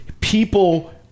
people